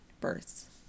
births